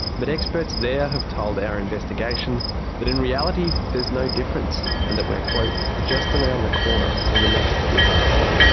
but experts there have told our investigation that in reality there's no difference. and that we're, quote, just around the corner from the next disaster.